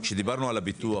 כשדיברנו על הביטוח,